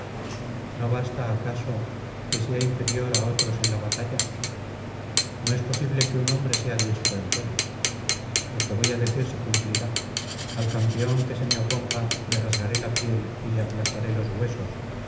no basta acaso que sea inferior á otros en la batalla no es posible que un hombre sea diestro en todo lo que voy á decir se cumplirá al campeón que se me oponga le rasgaré la piel y le aplastaré los huesos